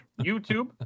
YouTube